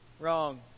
Wrong